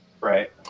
right